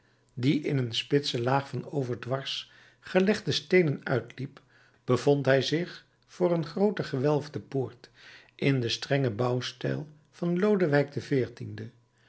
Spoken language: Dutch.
die in een spitse laag van overdwars gelegde steenen uitliep bevond hij zich voor een groote gewelfde poort in den strengen bouwstijl van lodewijk xiv